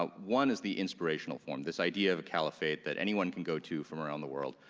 but one is the inspirational form, this idea of a caliphate that anyone can go to from around the world.